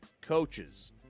coaches